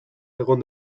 egon